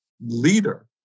leader